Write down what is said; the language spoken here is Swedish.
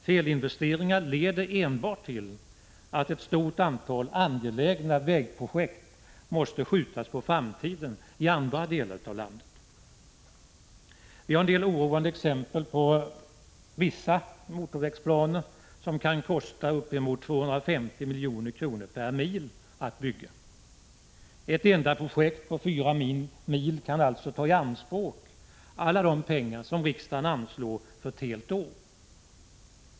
Felinvesteringar leder enbart till att ett stort antal angelägna vägprojekt måste skjutas på framtiden i andra delar av landet. Det finns en del oroande planer på vissa motorvägar som kan kosta upp emot 250 milj.kr. per mil att bygga. Ett enda projekt på fyra mil kan alltså ta i anspråk alla de pengar som riksdagen anslår för ett helt år.